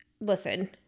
Listen